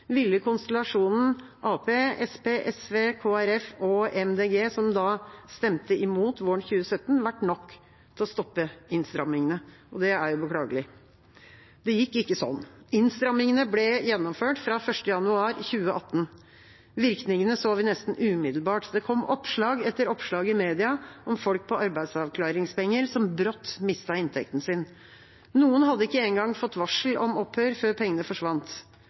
ville konstellasjonen Arbeiderpartiet, Senterpartiet, SV, Kristelig Folkeparti og Miljøpartiet De Grønne, som da stemte imot våren 2017, vært nok til å stoppe innstrammingene. Det er beklagelig. Det gikk ikke slik. Innstrammingene ble gjennomført fra 1. januar 2018. Virkningene så vi nesten umiddelbart. Det kom oppslag etter oppslag i media om folk på arbeidsavklaringspenger som brått mistet inntekten sin. Noen hadde ikke engang fått varsel om opphør før pengene forsvant.